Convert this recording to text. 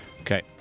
Okay